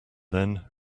then